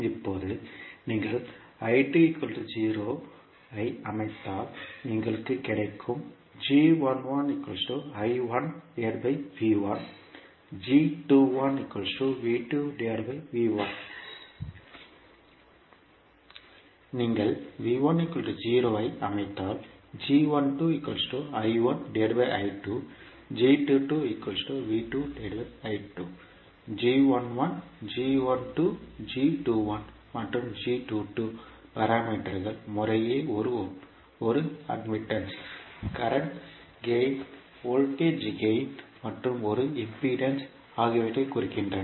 இப்போது நீங்கள் ஐ அமைத்தால் எங்களுக்கு கிடைக்கும் நீங்கள் ஐ அமைத்தால் மற்றும் பாராமீட்டர்கள் முறையே ஒரு ஒப்புதல் கரண்ட் கேயின் வோல்டேஜ் கேயின் மற்றும் ஒரு இம்பிடேன்ஸ் ஆகியவற்றைக் குறிக்கின்றன